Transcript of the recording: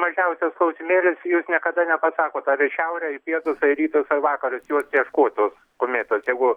mažiausias klausimėlis jūs niekada nepasakot ar į šiaurę į pietus a į rytus ar vakarus jos ieškot tos kometos jeigu